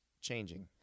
changing